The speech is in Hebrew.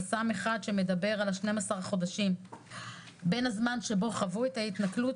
חסם אחד הוא 12 החודשים בין הזמן שחוו את ההתנכלות